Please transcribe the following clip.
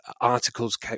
articles